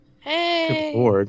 hey